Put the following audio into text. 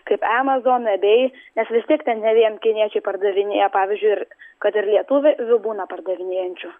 kaip amazon ebay nes vis tiek ten ne vien kiniečiai pardavinėja pavyzdžiui ir kad ir lietuv vių būna pardavinėjančių